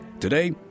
Today